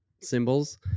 symbols